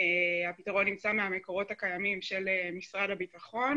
הפתרון נמצא מהמקורות הקיימים של משרד הביטחון